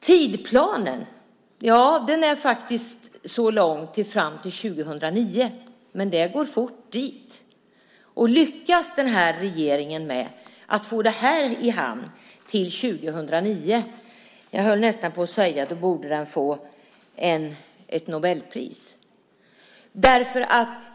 Tidsplanen är faktiskt så lång som fram till 2009, men tiden går fort dit. Lyckas den här regeringen med att få det här i hamn till 2009 - ja, då borde den få ett Nobelpris, höll jag nästan på att säga.